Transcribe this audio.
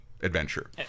Adventure